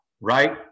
right